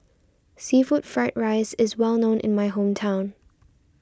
Seafood Fried Rice is well known in my hometown